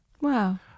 Wow